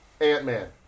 Ant-Man